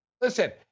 Listen